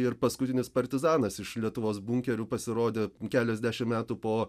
ir paskutinis partizanas iš lietuvos bunkerių pasirodė keliasdešimt metų po